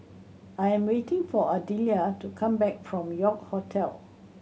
I am waiting for Ardelia to come back from York Hotel